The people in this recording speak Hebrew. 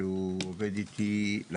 שעובד איתי,